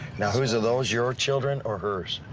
now whose, are those your children, or hers?